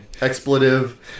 expletive